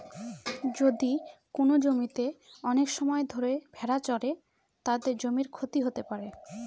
যদি কোনো জমিতে অনেক সময় ধরে ভেড়া চড়ে, তাতে জমির ক্ষতি হতে পারে